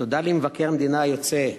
תודה למבקר המדינה היוצא,